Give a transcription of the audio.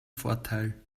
vorteil